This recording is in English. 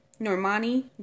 Normani